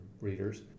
readers